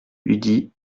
udi